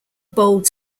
bowled